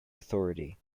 authority